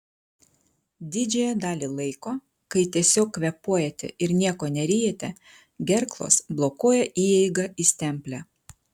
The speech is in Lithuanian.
didžiąją dalį laiko kai tiesiog kvėpuojate ir nieko neryjate gerklos blokuoja įeigą į stemplę